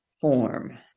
form